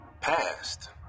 past